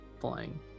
flying